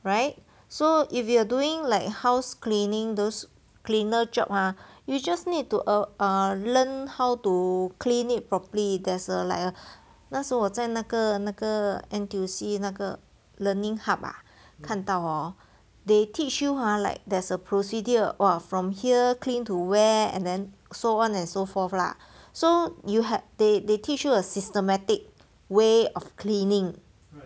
right so if you're doing like housecleaning those cleaner job ah you just need to learn how to clean it properly there's a like a 那时候我在那个那个 N_T_U_C 那个 learning hub ah 看到 hor they teach you ah like there's a procedure !wah! from here clean to where and then so on and so forth lah so you have they they teach you a systematic way of cleaning